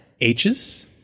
H's